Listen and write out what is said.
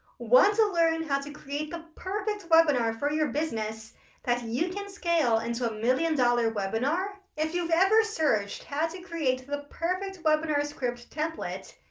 want to learn how to create the perfect webinar for your business that you can scale into a million-dollar webinar? if you've ever searched how to create the perfect webinar script template,